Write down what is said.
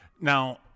Now